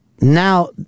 Now